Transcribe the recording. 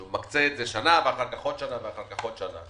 שהוא מקצה את זה לשנה ואחר כך לעוד שנה ואחר כך לעוד שנה.